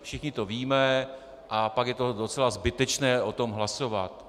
Všichni to víme a pak je to docela zbytečné, o tom hlasovat.